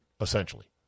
essentially